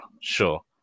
Sure